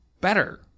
better